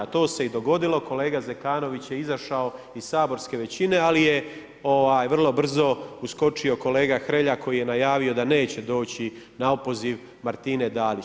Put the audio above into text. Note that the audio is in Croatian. To se i dogodilo, kolega Zekanović je izašao iz saborske većine, ali je vrlo brzo uskočio kolega Hrelja, koji je najavio da neće doći na opoziv Martine Dalić.